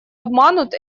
обманут